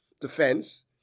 defense